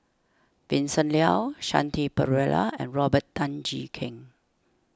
Vincent Leow Shanti Pereira and Robert Tan Jee Keng